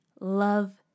love